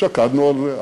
שקדנו על זה,